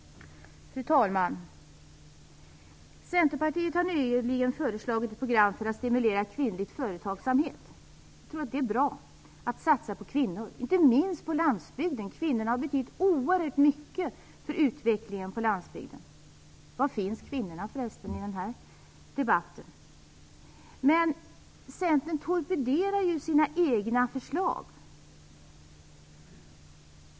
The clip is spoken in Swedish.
Fru talman! Centerpartiet har nyligen föreslagit ett program för att stimulera kvinnlig företagsamhet. Jag tror att det är bra att satsa på kvinnor. Inte minst på landsbygden har kvinnorna betytt oerhört mycket för utvecklingen. Var finns förresten kvinnorna i den här debatten? Men Centern torpederar sina egna förslag.